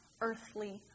earthly